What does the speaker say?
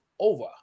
over